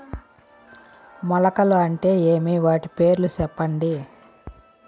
మొలకలు అంటే ఏమి? వాటి పేర్లు సెప్పండి?